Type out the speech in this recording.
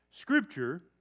Scripture